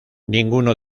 ninguno